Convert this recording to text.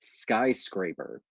skyscraper